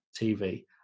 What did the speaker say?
TV